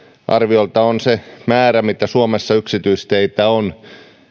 arviolta se määrä mitä suomessa on yksityisteitä